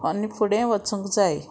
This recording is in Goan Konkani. आनी फुडें वचूंक जाय